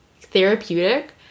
therapeutic